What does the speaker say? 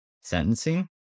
sentencing